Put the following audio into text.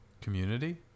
Community